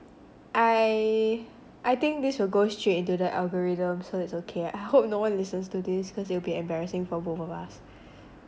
I I think this will go straight into the algorithm so it's okay I hope no one listens to this cause it'll be embarrassing for both of us